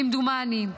כמדומני,